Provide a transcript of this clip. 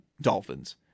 Dolphins